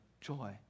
joy